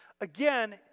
Again